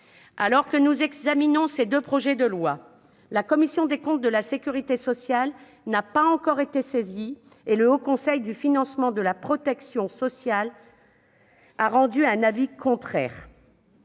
Alors que nous examinons ces deux projets de loi, la commission des comptes de la sécurité sociale n'a pas encore été saisie, et le Haut Conseil du financement de la protection sociale a rendu un avis contraire.